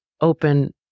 open